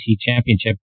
Championship